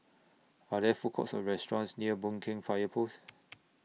Are There Food Courts Or restaurants near Boon Keng Fire Post